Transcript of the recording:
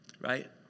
right